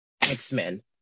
X-Men